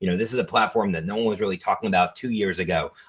you know this is a platform that no one was really talking about two years ago.